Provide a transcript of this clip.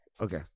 okay